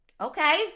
Okay